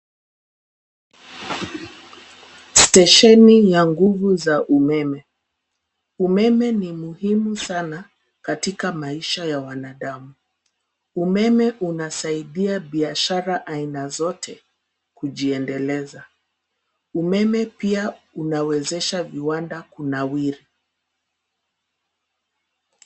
Stesheni ya nguvu za umeme. Umeme ni muhimu sana katika maisha ya wanadamu. Umeme unasaidia biashara aina zote kujiedeleza. Umeme pia unawezesha viwanda kunawiri.